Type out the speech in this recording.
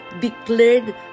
declared